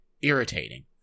irritating